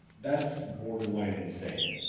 that's borderline insane.